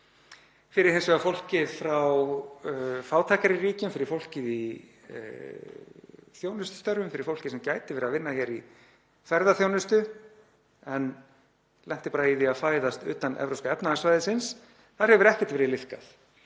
Fyrir hins vegar fólkið frá fátækari ríkjum, fyrir fólkið í þjónustustörfum, fyrir fólkið sem gæti verið að vinna hér í ferðaþjónustu en lenti bara í því að fæðast utan Evrópska efnahagssvæðisins, hefur ekkert verið liðkað.